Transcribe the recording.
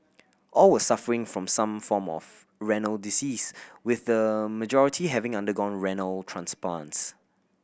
all were suffering from some form of renal disease with the majority having undergone renal transplants